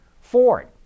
Ford